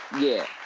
yeah.